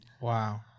Wow